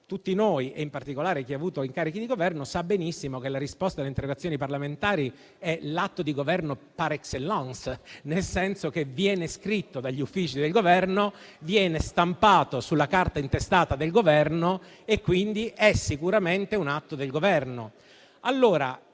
tutti noi e in particolare chi ha avuto incarichi di Governo, sappiamo benissimo che la risposta alle interrogazioni parlamentari è l'atto di Governo *par excellence,* nel senso che viene scritto dagli uffici del Governo, viene stampato sulla carta intestata del Governo e quindi è sicuramente un atto del Governo.